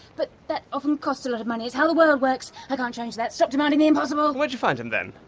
but that often costs a lot of money, it's how the world works, i can't change that stop demanding the impossible! where'd you find him, then?